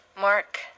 Mark